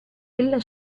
ella